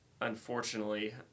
unfortunately